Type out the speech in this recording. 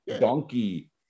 donkey